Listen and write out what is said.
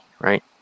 right